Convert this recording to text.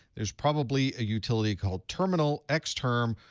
there's probably a utility called terminal, xterm,